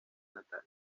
natal